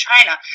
China